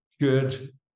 good